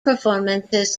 performances